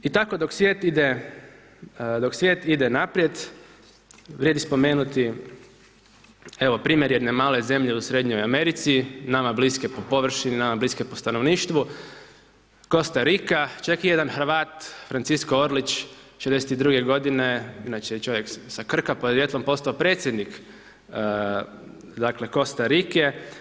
I tako dok svijet ide naprijed, vrijedi spomenuti evo primjer jedne male zemlje u srednjoj Americi, nama bliske po površini, nama bliske po stanovništvu, Kostarika, čak jedan Hrvat, Francisko Orlić, '42. godine, inače je čovjek s Krka podrijetlom, postao predsjednik Kostarike.